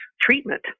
treatment